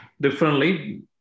differently